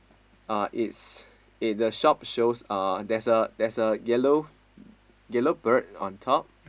uh it's the shop shows uh there's a there's a yellow bird on top